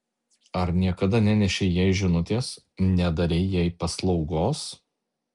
ar niekada nenešei jai žinutės nedarei jai paslaugos